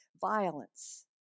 violence